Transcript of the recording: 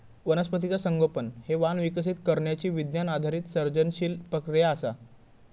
वनस्पतीचा संगोपन हे वाण विकसित करण्यची विज्ञान आधारित सर्जनशील प्रक्रिया असा